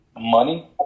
money